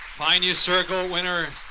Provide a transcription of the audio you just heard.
pioneer circle winner,